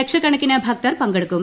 ലക്ഷക്കണക്കിന് ഭക്തർ പങ്കെടുക്കും